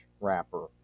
wrapper